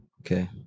Okay